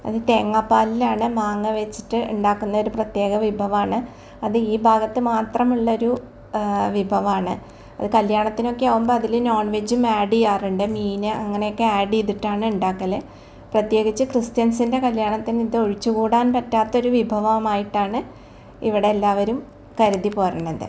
അത് തേങ്ങാ പാലിലാണ് മാങ്ങ വെച്ചിട്ട് ഉണ്ടാക്കുന്നത് ഒര് പ്രത്യേക വിഭവമാണ് അത് ഈ ഭാഗത്ത് മാത്രമുള്ളൊരു വിഭവമാണ് അത് കല്യാണത്തിനൊക്കെ ആകുമ്പോൾ അതില് നോൺ വെജ്ജും ആഡ് ചെയ്യാറുണ്ട് മീന് അങ്ങനെയൊക്കെ ആഡ് ചെയ്തിട്ടാണ് ഉണ്ടാക്കല് പ്രത്യേകിച്ച് ക്രിസ്ത്യൻസിൻ്റെ കല്യാണത്തിന് ഇത് ഒഴിച്ച് കൂടാൻ പറ്റാത്തൊര് വിഭവമായിട്ടാണ് ഇവിടെ എല്ലാവരും കരുതി പോരുന്നത്